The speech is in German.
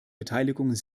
beteiligung